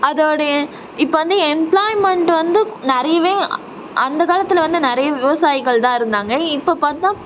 அதோடைய இப்போ வந்து எம்பிளாயிமென்ட் வந்து நிறையவே அந்த காலத்தில் வந்து நிறைய விவசாயிகள் தான் இருந்தாங்க இப்போ பார்த்தா